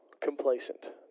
complacent